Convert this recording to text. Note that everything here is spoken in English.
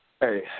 hey